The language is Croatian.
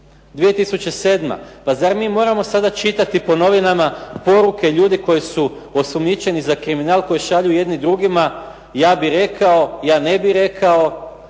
2007. pa zar mi moramo sada čitati po novinama poruke ljudi koji su osumnjičeni za kriminal koji šalju jedni drugima, ja bih rekao, ja ne bih rekao,